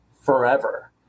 forever